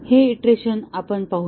हे इटरेशन आपण पाहूया